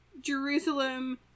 Jerusalem